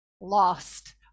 lost